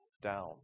down